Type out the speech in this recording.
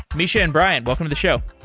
misha and brian, welcome to the show.